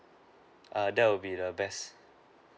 err that would be the best